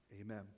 Amen